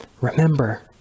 remember